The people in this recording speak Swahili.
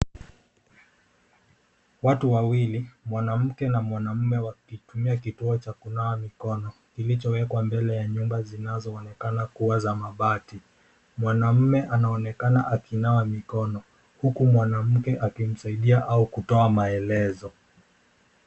Watu wawili mwanamke na mwanaume wakitumia kituo cha kunawa mikono kilichowekwa mbele ya nyumba zinazoonekana kuwa za mabati. Mwanaume anaonekana akinawa mikono huku mwanamke akimsaidia au kutoa maelezo.